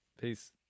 Peace